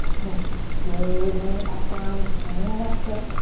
nice. slowly bring it back down to frame the left foot.